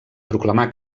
proclamà